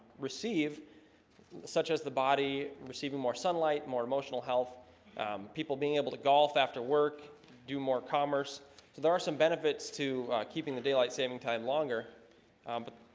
receive such as the body receiving more sunlight more emotional health people being able to golf after work do more commerce, so there are some benefits to keeping the daylight saving time longer but